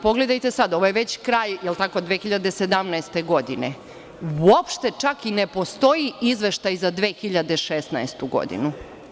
Pogledajte sada, ovo je već kraj, 2017. godine, uopšte ne postoji izveštaj za 2016. godinu.